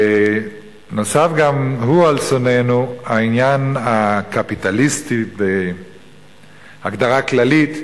נוסף גם הוא על שונאינו העניין הקפיטליסטי בהגדרה כללית,